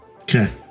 Okay